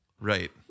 Right